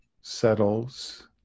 settles